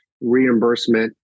reimbursement